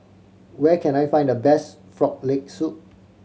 where can I find the best Frog Leg Soup